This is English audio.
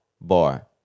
bar